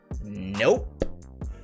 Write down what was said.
Nope